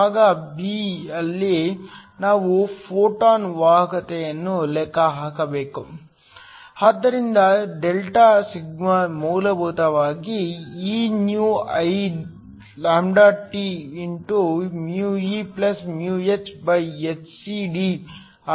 ಭಾಗ ಬಿ ಯಲ್ಲಿ ನಾವು ಫೋಟೋ ವಾಹಕತೆಯನ್ನು ಲೆಕ್ಕ ಹಾಕಬೇಕು ಆದ್ದರಿಂದ ಡೆಲ್ಟಾ ಸಿಗ್ಮಾ ಮೂಲಭೂತವಾಗಿ ಆಗಿದೆ